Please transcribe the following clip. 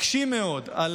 מקשים מאוד על